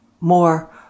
more